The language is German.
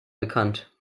bekannt